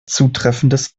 zutreffendes